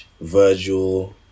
virgil